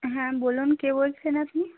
হ্যাঁ বলুন কে বলছেন আপনি